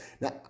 Now